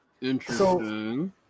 Interesting